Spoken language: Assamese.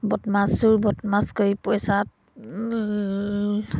বদমাছৰ বদমাছ কৰি পইচাত